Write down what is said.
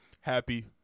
happy